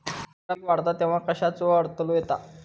हरभरा पीक वाढता तेव्हा कश्याचो अडथलो येता?